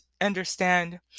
understand